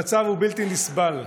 המצב הוא בלתי נסבל.